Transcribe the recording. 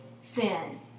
sin